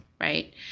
right